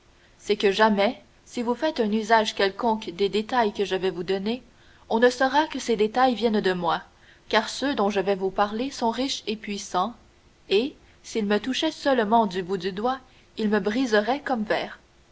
c'est que jamais si vous faites un usage quelconque des détails que je vais vous donner on ne saura que ces détails viennent de moi car ceux dont je vais vous parler sont riches et puissants et s'ils me touchaient seulement du bout du doigt ils me briseraient comme verre